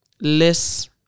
less